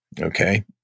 okay